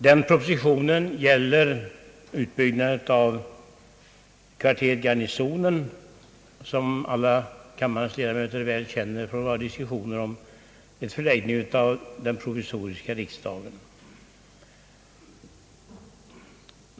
Den propositionen gäller utbyggnad av kvarteret Garnisonen, som kammarens alla ledamöter väl känner till, från våra diskussioner om förläggningen av det provisoriska riksdagshuset.